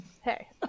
hey